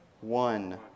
one